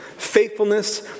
faithfulness